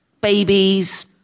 babies